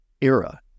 era